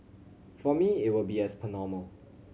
for me it will be as per normal